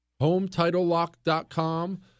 HomeTitleLock.com